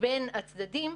בין הצדדים,